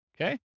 Okay